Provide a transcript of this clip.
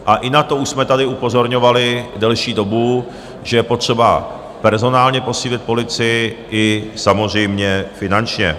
A i na to už jsme tady upozorňovali delší dobu, že je potřeba personálně posílit policii, i samozřejmě finančně.